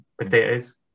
potatoes